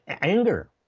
anger